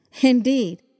Indeed